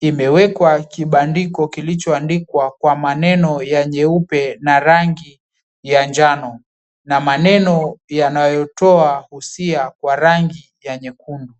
imewekwa kibandiko kilichoandikwa kwa maneno ya nyeupe na rangi ya njano na maneno yanayotoa usia kwa rangi ya nyekundu.